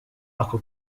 ako